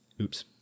Oops